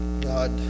God